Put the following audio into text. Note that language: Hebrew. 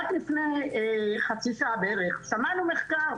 רק לפני חצי שעה שמענו מחקר,